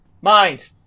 mind